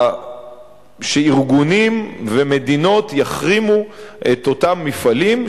שארגונים ומדינות יחרימו את אותם מפעלים,